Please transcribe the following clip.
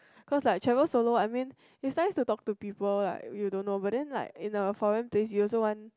cause like travel solo I mean it's nice to talk to people like you don't know but then like in a foreign place you also want